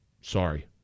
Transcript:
Sorry